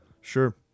sure